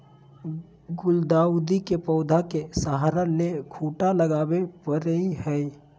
गुलदाऊदी के पौधा के सहारा ले खूंटा लगावे परई हई